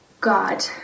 God